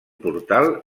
portal